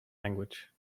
language